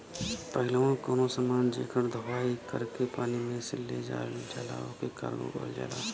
पहिलवा कउनो समान जेकर धोवाई कर के पानी में से ले जायल जाला ओके कार्गो कहल जाला